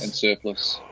and surplus.